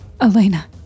Elena